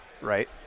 right